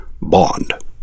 Bond